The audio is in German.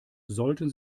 sollten